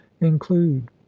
include